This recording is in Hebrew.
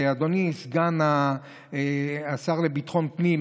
אדוני סגן השר לביטחון פנים,